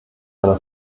einer